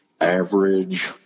average